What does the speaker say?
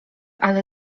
ale